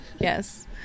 Yes